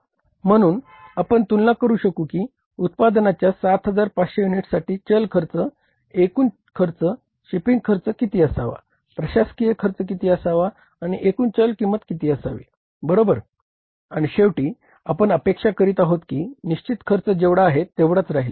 म्हणून आपण तुलना करू शकू की उत्पादनाच्या 7500 युनिट्ससाठी चल खर्च एकूण चल खर्च शिपिंग खर्च किती असावा प्रशासकीय खर्च किती असावा आणि एकूण चल किंमत किती असावी बरोबर आणि शेवटी आपण अपेक्षा करीत आहोत की निशचित खर्च जेवढा आहे तेवढाच राहील